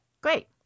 Great